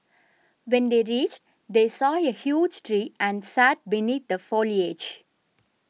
when they reached they saw a huge tree and sat beneath the foliage